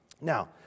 Now